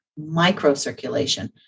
microcirculation